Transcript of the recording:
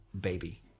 baby